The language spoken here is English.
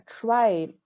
try